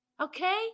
okay